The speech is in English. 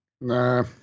Nah